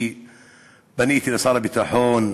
פניתי לשר הביטחון,